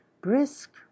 brisk